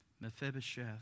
Mephibosheth